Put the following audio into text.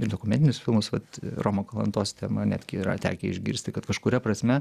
ir dokumentinius filmus vat romo kalantos tema netgi yra tekę išgirsti kad kažkuria prasme